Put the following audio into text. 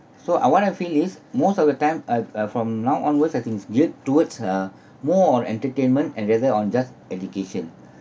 so I want to feel is most of the time uh uh from now onwards has been geared towards a more on entertainment and rather on just education